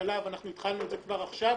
לכלכלה ואנחנו התחלנו עם זה כבר עכשיו